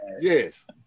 Yes